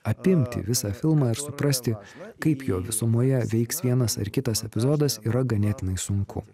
apimti visą filmą ir suprasti kaip jo visumoje veiks vienas ar kitas epizodas yra ganėtinai sunku